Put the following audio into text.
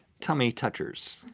tummy touchers.